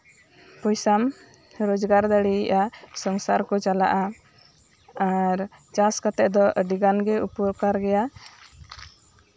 ᱯᱚᱭᱥᱟᱢ ᱨᱳᱡᱜᱟᱨ ᱫᱟᱲᱮᱭᱟᱜᱼᱟ ᱥᱚᱝᱥᱟᱨ ᱠᱚ ᱪᱟᱞᱟᱜᱼᱟ ᱟᱨ ᱪᱟᱥ ᱠᱟᱛᱮᱜ ᱫᱚ ᱟᱹᱰᱤᱜᱟᱱ ᱜᱮ ᱩᱯᱚᱠᱟᱨ ᱜᱮᱭᱟ